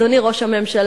אדוני ראש הממשלה,